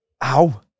ow